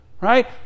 right